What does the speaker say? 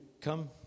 come